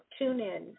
TuneIn